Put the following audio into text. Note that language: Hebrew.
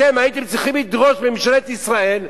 אתם הייתם צריכים לדרוש מממשלת ישראל,